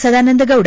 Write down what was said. Sadananda Gowda